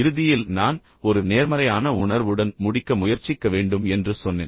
இறுதியில் நான் ஒரு நேர்மறையான உணர்வுடன் முடிக்க முயற்சிக்க வேண்டும் என்று சொன்னேன்